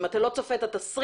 אם אתה לא צופה את התסריט,